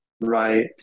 Right